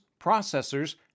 processors